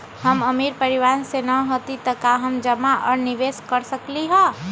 हम अमीर परिवार से न हती त का हम जमा और निवेस कर सकली ह?